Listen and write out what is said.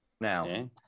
Now